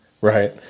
Right